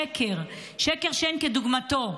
שקר, שקר שאין כדוגמתו.